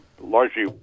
largely